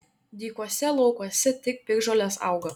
dykuose laukuose tik piktžolės auga